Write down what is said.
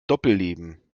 doppelleben